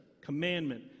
Commandment